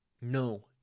No